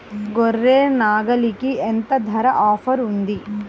గొర్రె, నాగలికి ఎంత ధర ఆఫర్ ఉంది?